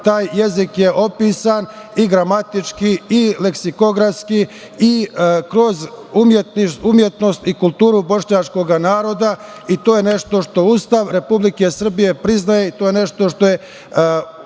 taj jezik je opisan i gramatički i leksikografski i kroz umetnost i kulturu bošnjačkog naroda i to je nešto što Ustav Republike Srbije priznaje i to je nešto što je